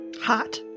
Hot